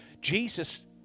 Jesus